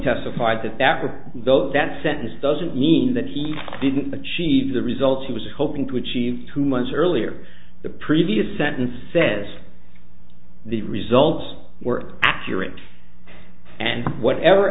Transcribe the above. testified to that with those that sentence doesn't mean that he didn't achieve the results he was hoping to achieve two months earlier the previous sentence says the results were accurate and whatever